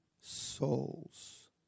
souls